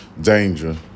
danger